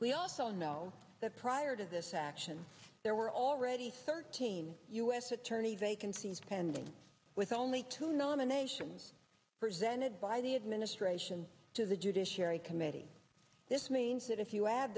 we also know that prior to this action there were already thirteen u s attorney vacancies pending with only two nominations presented by the administration to the judiciary committee this means that if you add